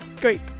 Great